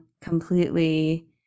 completely